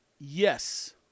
Yes